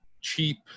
cheap